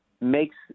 makes